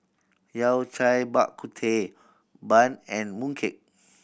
Yao Cai Bak Kut Teh bun and mooncake